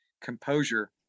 composure